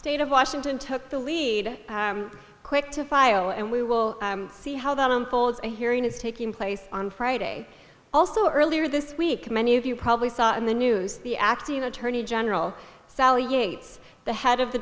state of washington took the lead quick to file and we will see how that unfolds a hearing is taking place on friday also earlier this week many of you probably saw in the news the acting attorney general sally yates the head of the